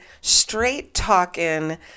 straight-talking